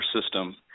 system